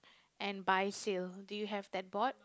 and buy sale do you have that board